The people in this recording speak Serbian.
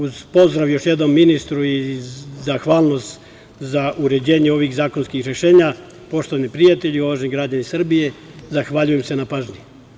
Uz pozdrav, još jednom, ministru i zahvalnost za uređenje ovih zakonskih rešenja, poštovani prijatelji, uvaženi građani Srbije, zahvaljujem se na pažnji.